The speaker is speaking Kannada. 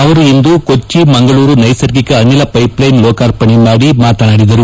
ಅವರು ಇಂದು ಕೊಚ್ಚಿ ಮಂಗಳೂರು ನೈಸರ್ಗಿಕ ಅನಿಲ್ ಷೈಪ್ಲೈನ್ ಲೋಕಾರ್ಪಣೆ ಮಾಡಿ ಮಾತನಾಡಿದರು